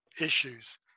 issues